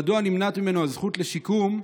מדוע נמנעת ממנו הזכות לשיקום,